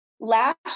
Last